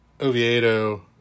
Oviedo